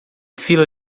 fila